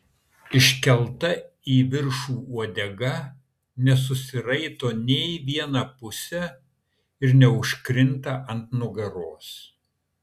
iškelta į viršų uodega nesusiraito nė į vieną pusę ir neužkrinta ant nugaros